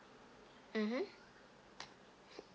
mmhmm